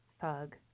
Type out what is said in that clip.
thug